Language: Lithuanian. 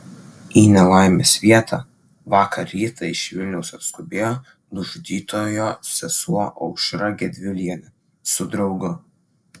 į nelaimės vietą vakar rytą iš vilniaus atskubėjo nužudytojo sesuo aušra gedvilienė su draugu